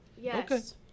Yes